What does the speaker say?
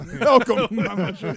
Welcome